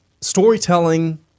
storytelling